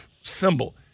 symbol